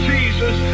Jesus